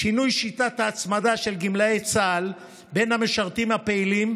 שינוי שיטת ההצמדה של גמלאי צה"ל בין המשרתים הפעילים,